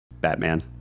Batman